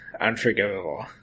unforgivable